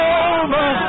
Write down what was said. over